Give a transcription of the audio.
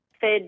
Fed